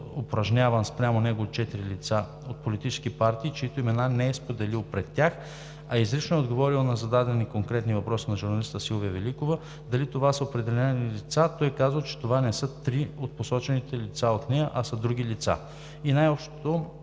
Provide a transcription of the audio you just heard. упражняван спрямо него натиск от четири лица, от политически партии, чиито имена не е споделил пред тях… А изрично е отговорил на зададени конкретни въпроси на журналиста госпожа Силвия Великова дали това са определени лица – той казал, че това не са три от посочените от нея лица, а са други лица. И най-общо